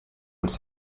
would